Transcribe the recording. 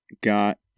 got